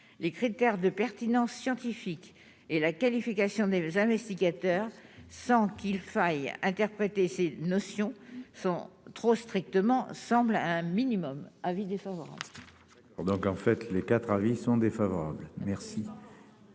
les critères de pertinence scientifique et la qualification des investigateurs sans qu'il faille interpréter cette notion sont trop strictement semble un minimum. Avis défavorable.